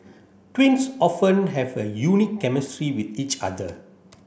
twins often have a unique chemistry with each other